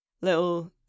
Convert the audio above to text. little